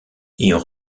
ayant